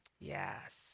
Yes